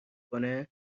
کنه